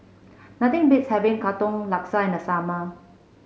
nothing beats having Katong Laksa in the summer